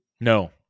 No